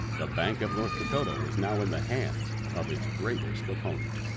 the bank of north dakota was now in the hands of its greatest opponent.